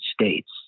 States